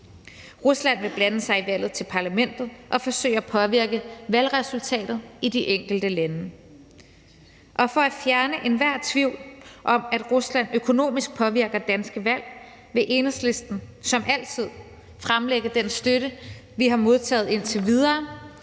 Rusland vil blande sig i valget til Parlamentet og forsøge at påvirke valgresultatet i de enkelte lande. Og for at fjerne enhver tvivl om, at Rusland økonomisk påvirker danske valg, vil Enhedslisten som altid fremlægge den støtte, vi har modtaget indtil videre,